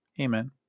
Amen